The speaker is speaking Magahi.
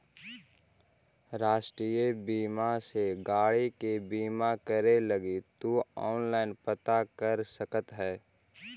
राष्ट्रीय बीमा से गाड़ी के बीमा करे लगी तु ऑनलाइन पता कर सकऽ ह